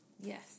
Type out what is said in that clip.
Yes